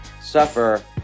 suffer